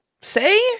say